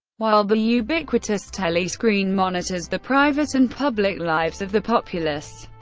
while the ubiquitous telescreen monitors the private and public lives of the populace.